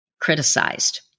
criticized